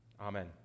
Amen